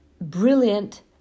brilliant